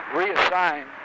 reassign